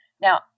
now